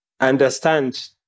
understand